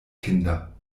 kinder